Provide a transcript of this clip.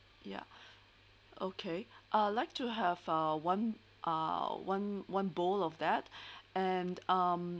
ya okay I would like to have a one uh one one bowl of that and um